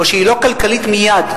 או שהיא לא כלכלית מייד,